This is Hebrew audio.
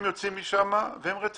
ברגע שהם יוצאים הם נהפכים רצידיוויסטים,